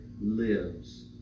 lives